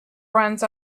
runs